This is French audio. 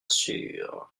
sûr